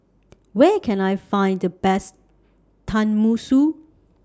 Where Can I Find The Best Tenmusu